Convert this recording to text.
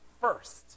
first